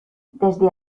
desde